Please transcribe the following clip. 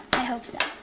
i hope so.